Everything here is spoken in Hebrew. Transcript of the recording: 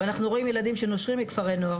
אנחנו רואים ילדים שנושרים מכפרי נוער